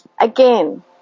Again